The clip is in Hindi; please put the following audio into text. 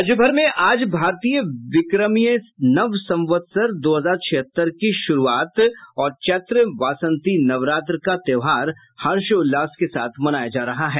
राज्यभर में आज भारतीय विक्रमीय नव संवत्सर दो हजार छिहत्तर की शुरूआत और चैत्री वासंती नवरात्र का त्योहार हर्षोल्लास के साथ मनाया जा रहा है